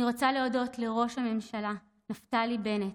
אני רוצה להודות לראש ממשלת ישראל נפתלי בנט,